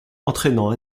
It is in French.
entraînant